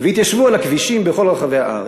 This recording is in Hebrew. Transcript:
והתיישבו על הכבישים בכל רחבי הארץ.